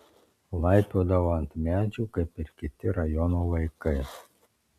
laipiodavau ant medžių kaip ir kiti rajono vaikai